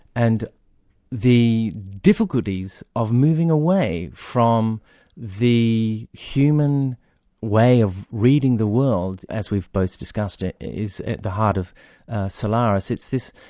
and the difficulties of moving away from the human way of reading the world, as we've both discussed it, is at the heart of solaris. it's this,